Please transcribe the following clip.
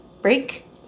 break